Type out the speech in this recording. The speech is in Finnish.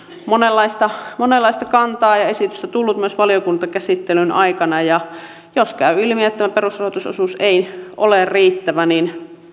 monenlaista monenlaista kantaa ja esitystä tullut myös valiokuntakäsittelyn aikana jos käy ilmi että tämä perusrahoitusosuus ei ole riittävä niin